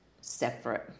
separate